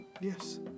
Yes